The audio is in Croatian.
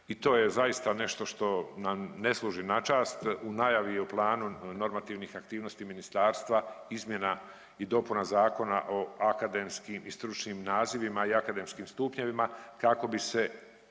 i to je zaista nešto što nam ne služi na čast. U najavi je o planu normativnih aktivnosti ministarstva izmjena i dopuna Zakona o akademskim i stručnim nazivima i akademskim stupnjevima kako bi se